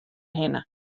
hinne